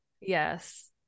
yes